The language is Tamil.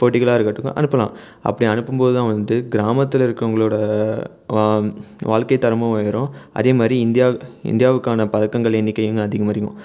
போட்டிகளாக இருக்கட்டும் அனுப்பலாம் அப்படி அனுப்பும்போதுதான் வந்து கிராமத்தில் இருக்கவங்களோட வாழ்க்கைத் தரமும் உயரும் அதேமாதிரி இந்தியா இந்தியாவுக்கான பதக்கங்கள் எண்ணிக்கையும் அதிகமாக இருக்கும்